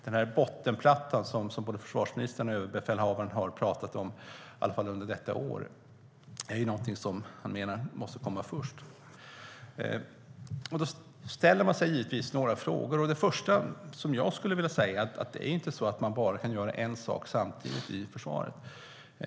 Den bottenplatta som både försvarsministern och överbefälhavaren har pratat om i alla fall under detta år måste komma först, menar han. Då ställer man sig givetvis några frågor. Det första som jag skulle vilja säga är att man kan ju inte bara göra en sak åt gången i försvaret.